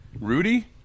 Rudy